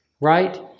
right